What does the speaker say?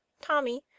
Tommy